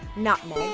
nutmeg,